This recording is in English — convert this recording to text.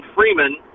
Freeman